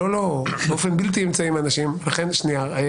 תודה רבה.